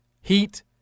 Heat